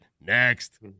Next